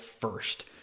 first